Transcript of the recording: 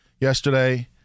yesterday